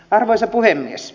arvoisa puhemies